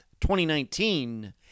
2019